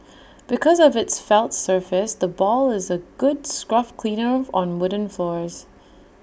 because of its felt surface the ball is A good scruff cleaner on wooden floors